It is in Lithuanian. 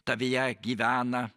tavyje gyvena